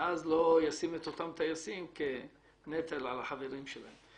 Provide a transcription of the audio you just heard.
ואז לא ישים את אותם טייסים כנטל על החברים שלהם.